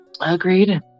Agreed